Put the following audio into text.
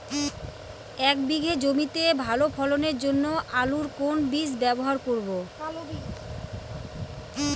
এক বিঘে জমিতে ভালো ফলনের জন্য আলুর কোন বীজ ব্যবহার করব?